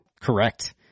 Correct